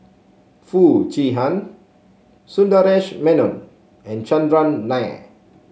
Foo Chee Han Sundaresh Menon and Chandran Nair